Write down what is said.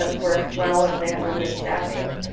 ah works well if they have limited staffing.